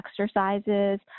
exercises